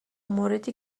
موردی